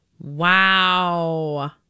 Wow